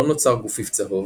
לא נוצר גופיף צהוב,